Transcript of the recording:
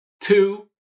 Two